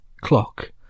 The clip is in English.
clock